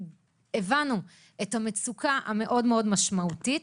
את המצוקה המשמעותית.